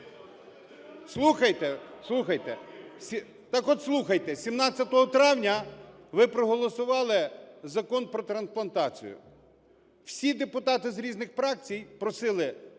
слухайте! 17 травня ви проголосували Закон про трансплантацію. Всі депутати з різних фракцій просили: не